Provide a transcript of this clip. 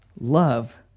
Love